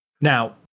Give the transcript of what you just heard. Now